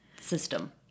system